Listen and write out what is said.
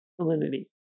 salinity